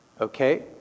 Okay